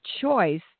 choice